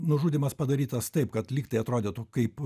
nužudymas padarytas taip kad lyg tai atrodytų kaip